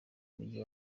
mujyi